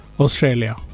Australia